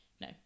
no